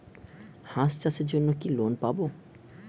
হাঁস চাষের জন্য কি লোন পাব?